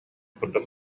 курдук